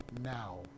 now